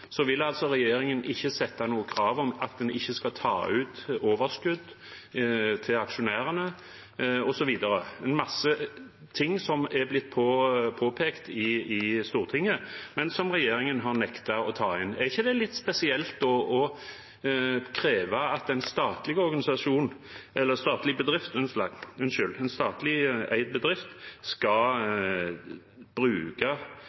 vil regjeringen ikke stille noe krav om at en ikke skal ta ut overskudd til aksjonærene osv. – det er en masse ting som er blitt påpekt i Stortinget, men som regjeringen har nektet å ta inn. Er det ikke litt spesielt at når det gjelder en statlig eid bedrift, bruker regjeringen tilskudd, bevilgninger, i forbindelse med pandemien som et krav og påpeker at en skal